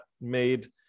made